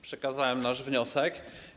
Przekazałem nasz wniosek.